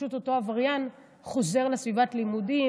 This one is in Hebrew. שפשוט אותו עבריין חוזר לסביבת הלימודים,